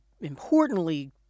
importantly